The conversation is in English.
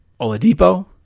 Oladipo